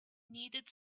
needed